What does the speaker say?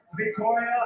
Victoria